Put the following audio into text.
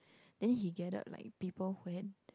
then he gathered like people who had